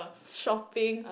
shopping